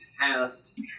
past